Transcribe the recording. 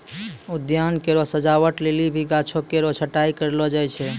उद्यान केरो सजावट लेलि भी गाछो केरो छटाई कयलो जाय छै